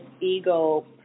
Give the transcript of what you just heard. ego